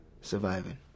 surviving